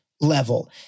level